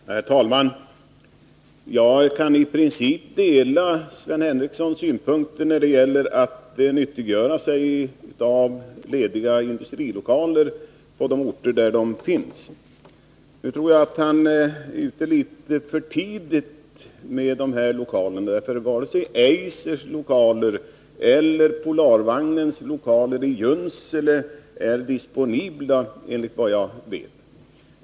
Herr talman! Jag kan i princip dela Sven Henricssons synpunkter när det gäller att nyttiggöra sig lediga industrilokaler på de orter där de finns. Nu tror jag att han är ute litet för tidigt med denna fråga, för varken Eisers lokaler eller Polarvagnens lokaler i Junsele är disponibla, enligt vad jag vet.